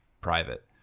private